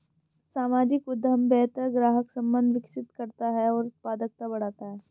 सामाजिक उद्यम बेहतर ग्राहक संबंध विकसित करता है और उत्पादकता बढ़ाता है